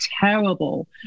terrible